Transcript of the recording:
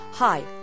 Hi